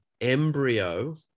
Embryo